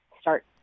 start